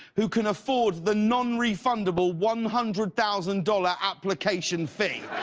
who can afford the non-refundable one hundred thousand dollars application fee.